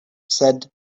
said